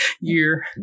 year